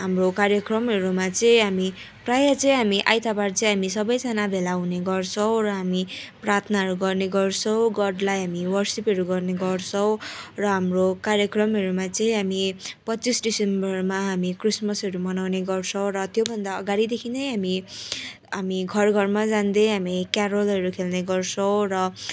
हाम्रो कार्यक्रमहरूमा चाहिँ हामी प्रायः चाहिँ हामी आइताबार चाहिँ हामी सबैजना भेला हुने गर्छौँ र हामी प्रार्थनाहरू गर्ने गर्छौँ गडलाई हामी वर्सिपहरू गर्ने गर्छौँ र हाम्रो कार्यक्रमहरूमा चाहिँ हामी पच्चिस डिसेम्बरमा हामी क्रिसमसहरू मनाउने गर्छौँ र त्योभन्दा अगाडिदेखि नै हामी घर घरमा जाँदै हामी केरोलहरू खेल्ने गर्छौँ र